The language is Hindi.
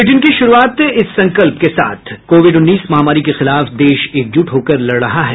बुलेटिन की शुरूआत से पहले ये संकल्प कोविड उन्नीस महामारी के खिलाफ देश एकजुट होकर लड़ रहा है